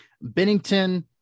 Bennington